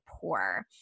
poor